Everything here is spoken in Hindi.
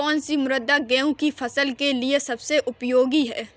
कौन सी मृदा गेहूँ की फसल के लिए सबसे उपयोगी है?